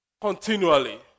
continually